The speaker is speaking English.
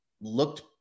looked